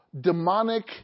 demonic